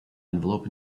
envelope